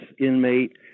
inmate